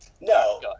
No